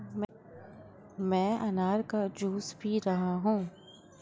मैं अनार का जूस पी रहा हूँ